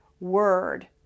word